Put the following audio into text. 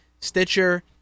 Stitcher